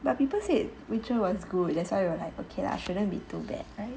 but people said witcher was good that's why we like okay lah shouldn't be too bad